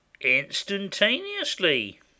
Instantaneously